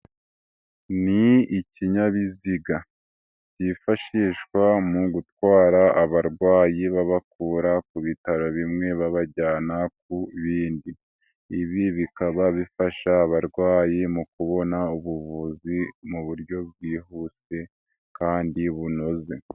Ni ikinyabiziga kifashishwa mu gutwara abarwayi babakura ku bitaro bimwe babajyana ku bindi, ibi bikaba bifasha abarwayi mu kubona ubuvuzi mu buryo bwihuse kandi bunoze.